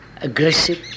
aggressive